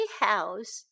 house